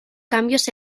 cambios